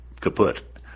kaput